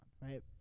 Right